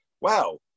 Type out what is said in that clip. wow